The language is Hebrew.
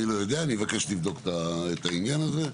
אני לא יודע, אני אבקש לבדוק את העניין הזה.